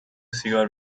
سیگار